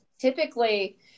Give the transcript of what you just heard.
typically